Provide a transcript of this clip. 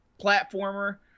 platformer